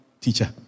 teacher